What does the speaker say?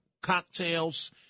cocktails